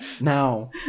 now